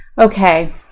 Okay